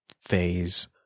phase